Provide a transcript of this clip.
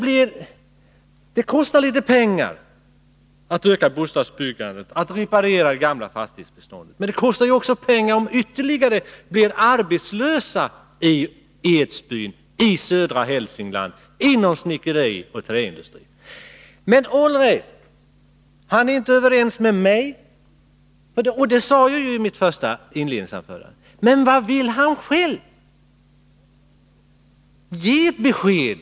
Det kostar visserligen litet pengar att öka bostadsbyggandet och att reparera upp det gamla fastighetsbeståndet, men det kostar ju också pengar om ytterligare människor inom snickerioch träindustrin i Edsbyn i södra Hälsingland blir arbetslösa. Han är inte överens med mig, som jag sade i mitt första anförande. Allright. Men vad vill han själv? Ge ett besked!